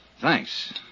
Thanks